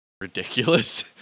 Ridiculous